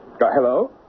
Hello